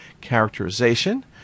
characterization